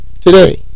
today